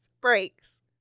breaks